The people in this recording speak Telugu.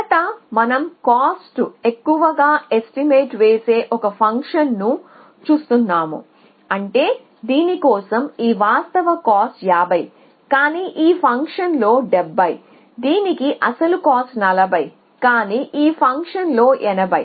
మొదట మనం కాస్ట్ను ఎక్కువగా ఎస్టిమేట్ వేసే ఒక ఫంక్షన్ను చూస్తున్నాము అంటే దీని కోసం ఈ వాస్తవ కాస్ట్ 50 కానీ ఈ ఫంక్షన్ లో 70 దీనికి అసలు కాస్ట్ 40 కానీ ఈ ఫంక్షన్ లో 80